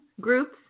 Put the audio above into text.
groups